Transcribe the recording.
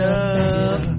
up